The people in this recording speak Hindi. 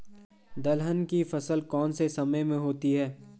दलहन की फसल कौन से समय में होती है?